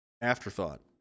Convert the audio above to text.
afterthought